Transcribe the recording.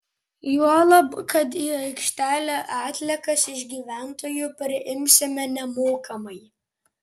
juolab kad į aikštelę atliekas iš gyventojų priimsime nemokamai